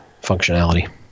functionality